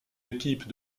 équipe